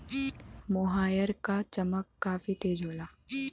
मोहायर क चमक काफी तेज होला